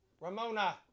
Ramona